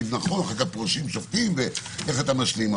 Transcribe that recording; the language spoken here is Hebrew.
כי נכון אחר כך פורשים שופטים ואיך אתה משלים,